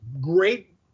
great